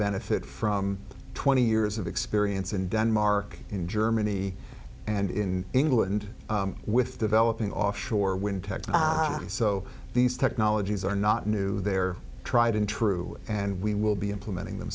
benefit from twenty years of experience in denmark and germany and in england with developing offshore wind technology so these technologies are not new they're tried and true and we will be implementing them